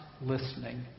listening